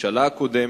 הממשלה הקודמת,